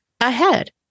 ahead